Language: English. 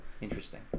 Interesting